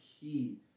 key